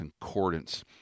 concordance